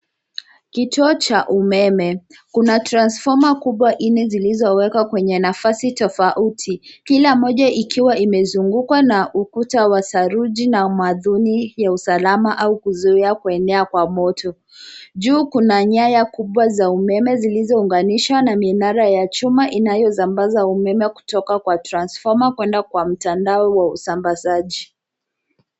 Kituo cha umeme kuna transfoma kubwa nne zilizowekwa kwenye nafasi tofauti kila moja ikiwa imezungukwa na ukuta wa saruji na madhuni ya usalama au kuzuia kuenea kwa moto. Juu kuna nyaya kubwa za umeme zilizounganishwa na minara ya chuma inayosambaza umeme kutoka kwa transfoma kuenda kwa mtandao wa usambazaji.